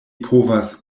povas